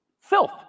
filth